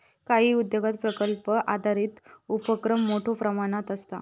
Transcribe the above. काही उद्योगांत प्रकल्प आधारित उपोक्रम मोठ्यो प्रमाणावर आसता